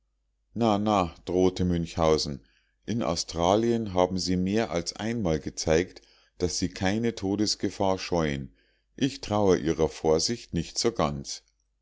na na drohte münchhausen in australien haben sie mehr als einmal gezeigt daß sie keine todesgefahr scheuen ich traue ihrer vorsicht nicht so ganz